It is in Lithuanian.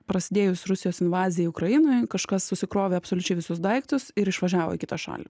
prasidėjus rusijos invazijai ukrainoj kažkas susikrovė absoliučiai visus daiktus ir išvažiavo į kitą šalį